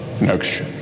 next